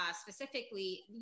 specifically